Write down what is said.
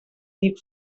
dir